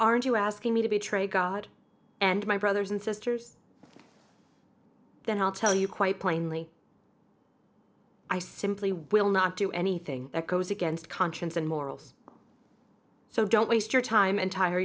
aren't you asking me to betray god and my brothers and sisters then i'll tell you quite plainly i simply will not do anything that goes against conscience and morals so don't waste your time entire